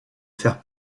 faire